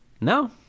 No